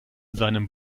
seinem